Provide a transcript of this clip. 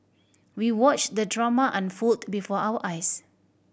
we watched the drama unfold before our eyes